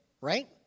right